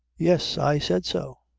yes, i said so,